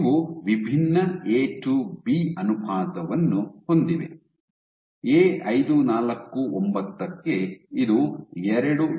ಇವು ವಿಭಿನ್ನ A to B ಅನುಪಾತವನ್ನು ಹೊಂದಿವೆ ಎ 549 ಕ್ಕೆ ಇದು 2